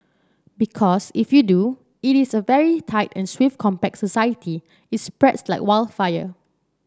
because if you do it is a very tight and swift compact society it spreads like wild fire